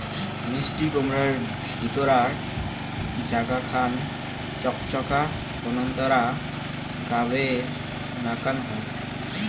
মিষ্টিকুমড়ার ভিতিরার জাগা খান চকচকা সোন্তোরা গাবের নাকান হই